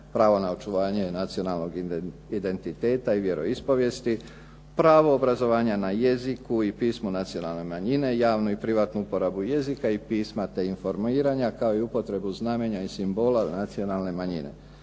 Pravo na očuvanje nacionalnog identiteta i vjeroispovijesti, pravo obrazovanja na jeziku i pismu nacionalne manjine, javnu i privatnu uporabu jezika i pisma te informiranja kao i upotrebu znamenja i simbola nacionalne manjine.